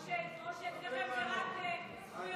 או שאצלכם זה רק זכויות,